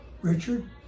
Richard